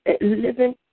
living